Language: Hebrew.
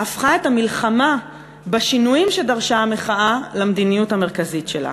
הפכה את המלחמה בשינויים שדרשה המחאה למדיניות המרכזית שלה.